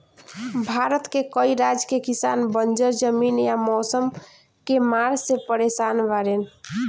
भारत के कई राज के किसान बंजर जमीन या मौसम के मार से परेसान बाड़ेन